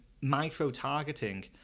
micro-targeting